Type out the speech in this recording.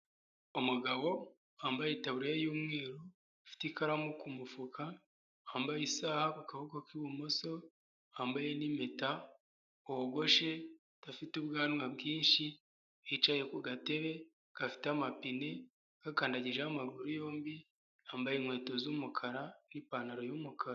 Umugabo wambaye itaburiya y'umweru, afite ikaramu ku mufuka wambaye isaha ku kaboko k'ibumoso, wambaye n'impeta, wogoshe, udafite ubwanwa bwinshi, wicaye ku gatebe gafite amapine agakandagijeho amaguru yombi, yambaye inkweto z'umukara n'ipantaro y'umukara.